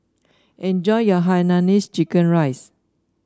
enjoy your Hainanese Chicken Rice